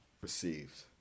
received